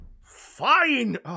Fine